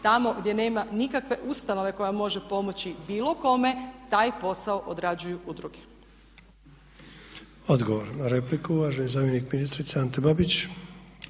tamo gdje nema nikakve ustanove koja može pomoći bilo kome taj posao odrađuju udruge. **Sanader, Ante (HDZ)** Odgovor na repliku uvaženi zamjenik ministrice Ante Babić.